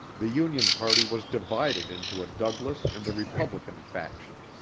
the union party was divided into a douglas and a republican faction.